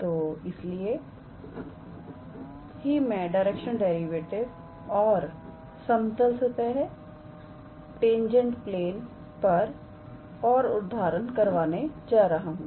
तो इसीलिए ही मैं डायरेक्शनल डेरिवेटिव समतल सतह और टेंजेंट प्लेन पर ओर उदाहरण करवाने जा रहा हूं